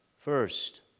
first